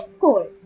cold